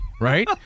right